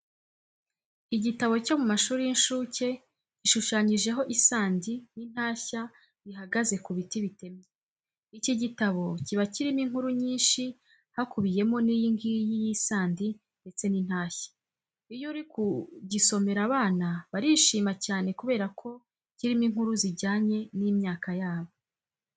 Igitabo cyo mu mashuri y'inshuke gishushanyijeho isandi n'intashya bihagaze ku biti bitemye. Iki gitabo kiba kirimo inkuru nyinshi hakubiyemo n'iyi ngiyi y'isandi ndetse n'intashya. Iyo uri kugisomera abana barishima cyane kubera ko kirimo inkuru zijyanye n'imyaka yabo.